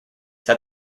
that